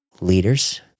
leaders